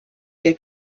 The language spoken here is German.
der